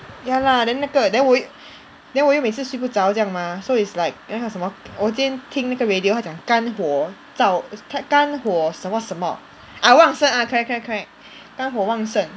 ya lah then 那个 then 我 y~ then 我又每次睡不着这样 mah so it's like 因为它什么我今天听那个 radio 它讲什么肝活照肝肝火什么什么 uh 旺盛 uh correct correct 肝火旺盛